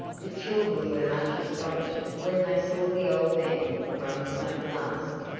the children were much astonished when they saw the old man run so fast.